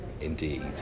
indeed